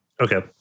Okay